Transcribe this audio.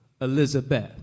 Elizabeth